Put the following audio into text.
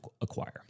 acquire